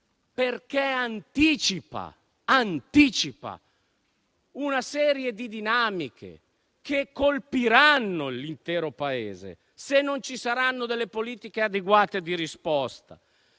perché anticipa dinamiche che colpiranno l'intero Paese se non ci saranno delle politiche adeguate di risposta.